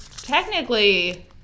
technically